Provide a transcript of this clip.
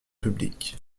public